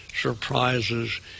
Surprises